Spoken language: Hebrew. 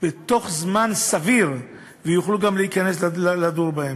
בתוך זמן סביר, ויוכלו גם להיכנס לדור בהן.